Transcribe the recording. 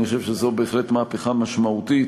אני חושב שזו בהחלט מהפכה משמעותית.